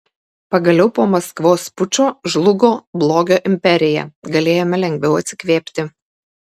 pagaliau po maskvos pučo žlugo blogio imperija galėjome lengviau atsikvėpti